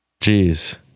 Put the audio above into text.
Jeez